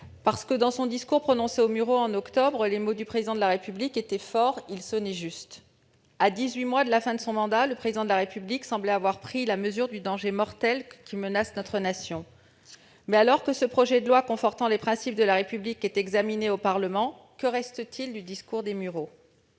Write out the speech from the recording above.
projet de loi. Le discours prononcé aux Mureaux en octobre dernier par le Président de la République était fort, les mots sonnaient juste. À dix-huit mois de la fin de son mandat, le Président de la République semblait avoir pris la mesure du danger mortel qui menace notre nation. Mais, alors que le projet de loi confortant les principes de la République est examiné par le Parlement, que reste-t-il du discours des Mureaux ?